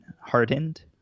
hardened